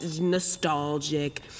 nostalgic